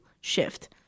shift